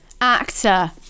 Actor